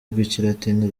rw’ikilatini